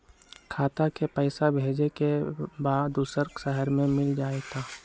खाता के पईसा भेजेए के बा दुसर शहर में मिल जाए त?